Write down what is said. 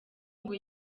ngo